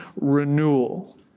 renewal